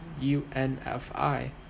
U-N-F-I